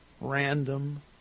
random